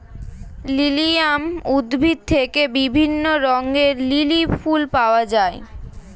lilium উদ্ভিদ থেকে বিভিন্ন রঙের লিলি ফুল পাওয়া যায়